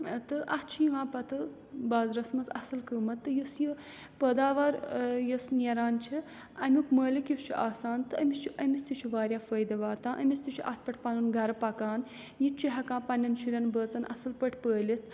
تہٕ اَتھ چھِ یِوان پَتہٕ بازرَس منٛز اَصٕل قۭمَتھ تہٕ یُس یہِ پٲداوار یۄس نیران چھِ اَمیُک مٲلِک یُس چھُ آسان تہٕ أمِس چھُ أمِس تہِ چھُ واریاہ فٲیدٕ واتان أمِس تہِ چھُ اَتھ پٮ۪ٹھ پَنُن گَر پکان یہِ تہِ چھُ ہٮ۪کان پَنٛنٮ۪ن شُرٮ۪ن بٲژَن اَصٕل پٲٹھۍ پٲلِتھ